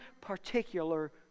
particular